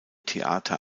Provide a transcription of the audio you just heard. theater